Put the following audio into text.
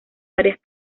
varias